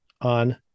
on